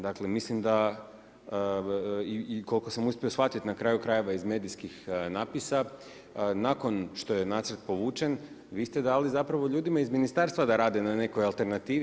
Dakle, mislim da i koliko sam uspio shvatiti na kraju krajeva iz medijskih napisa nakon što je nacrt povučen vi ste dali zapravo ljudima iz ministarstva da rade na nekoj alternativi.